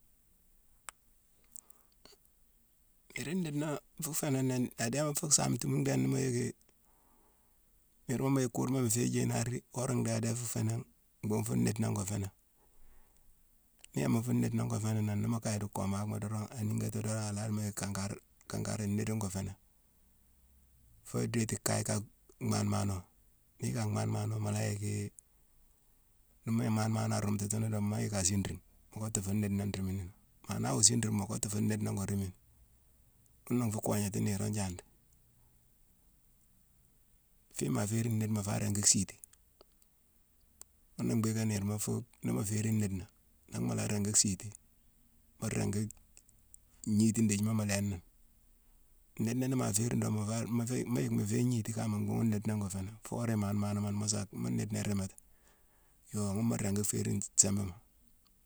Niir nniidena nfu fé nini, adééma fu saame tuumu ndhééne ni yicki: niirma mu yick kurma mu féé jéye naari, wora ndhééne, adé fu féé nangh, mbhuughune fuu nniidena ngo féénangh. Nii yama fuu nniidena ngo fé ni nangh, ni mu kaye dii koomakhma dorong, aningati dorong, a la dimo yicki kankar-kankar nniide ngo féé nangh. Foo idéti i kaye ka-m-mhanne maano. Ni ka mhanne mhaano, mu la yicki mu yick imane maano a rumtati ni dorong mu yick a siirine. Mu kottu fuu nniidena nrémini nangh. Ma nawo siirine, mu kottu fuu nniidena ngo rémini. Ghuna nfuu goognéti niirone njandi. Fiine maa féérine nniide, mu fa ringi siiti. Ghuna mbhiiké niirma fu-ni mu féérine nniidena, nanghna mu la ringi siiti. Muu ringi gniiti ndijima mu lééni. Nniidena ni ma dorong, mu fa ringi-mu-fé-m-yick mu féé gniti kama, mbhuughune ngo féé nangh. Foo woré imanne-maana mo ni, mu sa-mu-niidena irééméti; yoo ghune mu ringi féérine simbama.